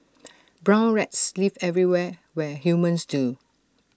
brown rats live everywhere where humans do